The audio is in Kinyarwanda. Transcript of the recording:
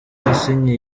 yasinye